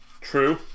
true